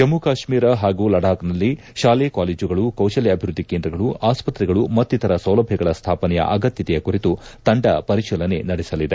ಜಮ್ಮ ಕಾಶ್ಮೀರ ಹಾಗೂ ಲಡಾಕ್ನಲ್ಲಿ ಶಾಲೆ ಕಾಲೇಜುಗಳು ಕೌತಲ್ಯ ಅಭಿವೃದ್ದಿ ಕೇಂದ್ರಗಳು ಆಸ್ಪತ್ರೆಗಳು ಮತ್ತಿತರ ಸೌಲಭ್ಯಗಳ ಸ್ಥಾಪನೆಯ ಅಗತ್ಯತೆಯ ಕುರಿತು ತಂಡ ಪರಿಶೀಲನೆ ನಡೆಸಲಿದೆ